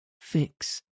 Fix